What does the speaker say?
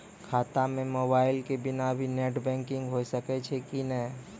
खाता म मोबाइल के बिना भी नेट बैंकिग होय सकैय छै कि नै?